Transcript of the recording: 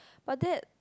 but that